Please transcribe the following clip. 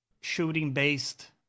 shooting-based